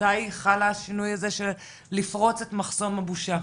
מתי חל השינוי הזה, של לפרוץ את מחסום הבושה?